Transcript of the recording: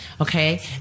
Okay